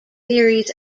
theories